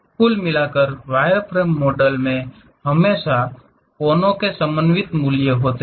कुल मिलाकर wireframe model में हमेशा कोने के समन्वित मूल्यों होते हैं